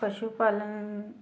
पशु पालन